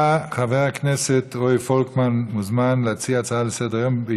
חבר הכנסת רועי פולקמן להציע הצעה לסדר-היום מס' 11181,